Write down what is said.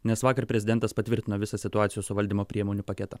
nes vakar prezidentas patvirtino visą situacijos suvaldymo priemonių paketą